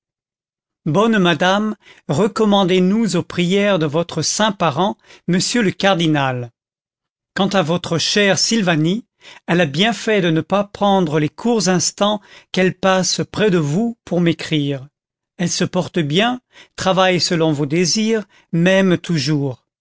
bonne madame recommandez nous aux prières de votre saint parent m le cardinal quant à votre chère sylvanie elle a bien fait de ne pas prendre les courts instants qu'elle passe près de vous pour m'écrire elle se porte bien travaille selon vos désirs m'aime toujours